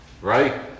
right